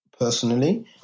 Personally